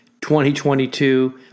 2022